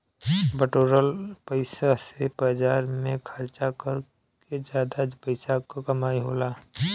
बटोरल पइसा से बाजार में खरचा कर के जादा पइसा क कमाई होला